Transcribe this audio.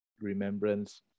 remembrance